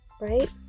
right